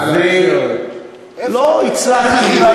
נא לאפשר, לא הצלחתי,